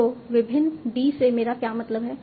तो विभिन्न d से मेरा क्या मतलब है